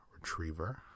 retriever